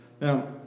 Now